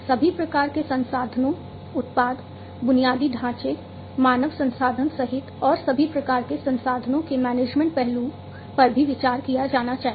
सभी प्रकार के संसाधनों उत्पाद बुनियादी ढाँचे मानव संसाधन सहित और सभी प्रकार के संसाधनों के मैनेजमेंट पहलू पर भी विचार किया जाना चाहिए